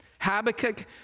Habakkuk